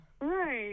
right